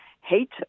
hate